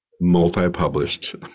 multi-published